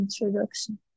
introduction